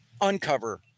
uncover